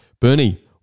Bernie